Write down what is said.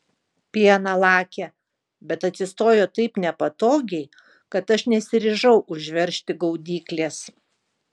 pieną lakė bet atsistojo taip nepatogiai kad aš nesiryžau užveržti gaudyklės